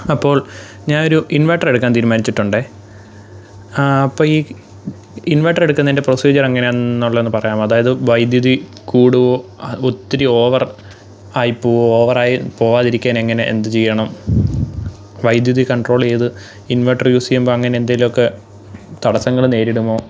അപ്പോൾ ഞാനൊരു ഇൻവേട്ടറെടുക്കാൻ തീരുമാനിച്ചിട്ടുണ്ട് അപ്പം ഈ ഇൻവേട്ടറെടുക്കുന്നതിൻ്റെ പ്രൊസീജിയറെങ്ങനെയാന്ന് എന്നുള്ള ഒന്ന് പറയാമോ അതായത് വൈദ്യുതി കൂടുവോ ഒത്തിരി ഓവർ ആയി പോകുവോ ഓവറായി പോവാതിരിക്കാൻ എങ്ങനെ എന്ത് ചെയ്യണം വൈദ്യുതി കൺട്രോൾ ചെയ്ത് ഇൻവെട്ടറ് യൂസ് ചെയ്യുമ്പം അങ്ങനെ എന്തേലുവൊക്കെ തടസ്സങ്ങൾ നേരിടുമോ